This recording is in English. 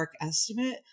estimate